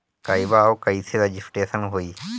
कहवा और कईसे रजिटेशन होई?